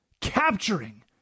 capturing